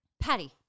Patty